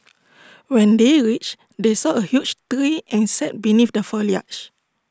when they reached they saw A huge tree and sat beneath the foliage